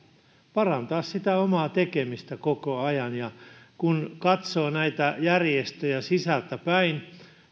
parantaa sitä omaa tekemistä koko ajan kun katsoo näitä järjestöjä sisältäpäin